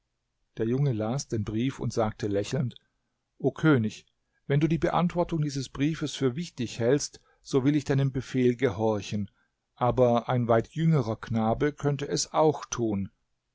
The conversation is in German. der junge las den brief und sagte lächelnd o könig wenn du die beantwortung dieses briefes für wichtig hältst so will ich deinem befehl gehorchen aber ein weit jüngerer knabe könnte es auch tun